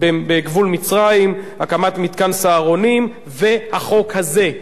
בגבול מצרים, הקמת מתקן "סהרונים" והחוק הזה.